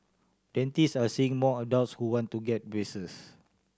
dentists are seeing more adults who want to get braces